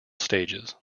stages